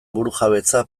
burujabetza